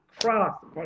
cross